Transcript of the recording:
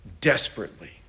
desperately